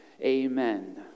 Amen